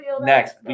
Next